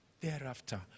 thereafter